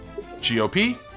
GOP